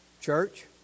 Church